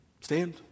Stand